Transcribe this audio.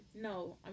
No